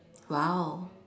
!wow!